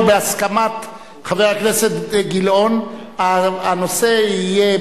ובהסכמת חבר הכנסת גילאון הנושא יהיה,